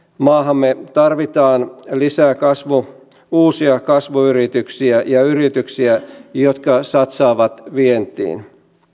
maahamme tarvitaan lisää uusia kasvuyrityksiä ja yrityksiä jotka satsaavat vientiin